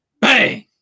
Bang